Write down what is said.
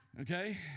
Okay